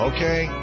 Okay